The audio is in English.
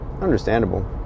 Understandable